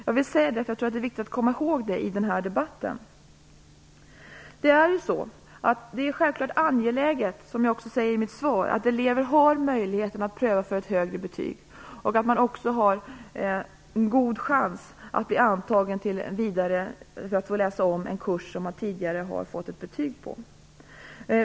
Jag vill säga det, därför att jag tror att det är viktigt att komma ihåg det i den här debatten. Det är självklart angeläget, som jag säger i mitt svar, att elever har möjligheten att pröva för ett högre betyg och också har en god chans att få läsa om en kurs som de tidigare har fått ett betyg på.